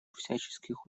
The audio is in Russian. всяческих